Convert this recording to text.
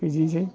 बिदिनसै